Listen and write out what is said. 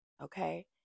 okay